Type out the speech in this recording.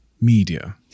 media